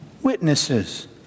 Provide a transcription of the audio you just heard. witnesses